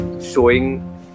showing